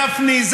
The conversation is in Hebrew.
גפני,